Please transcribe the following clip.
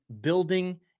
building